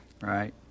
Right